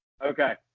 Okay